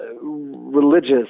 religious